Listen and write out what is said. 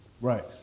Right